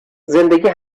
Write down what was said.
زندگی